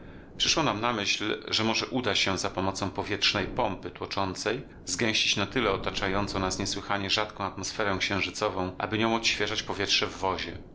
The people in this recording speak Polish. przyszło nam na myśl że może uda się za pomocą powietrznej pompy tłoczącej zgęścić na tyle otaczającą nas niesłychanie rzadką atmosferę księżycową aby nią odświeżać powietrze w wozie